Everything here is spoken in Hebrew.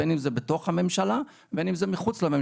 בין אם זה בתוך הממשלה, ובין אם זה מחוץ לממשלה.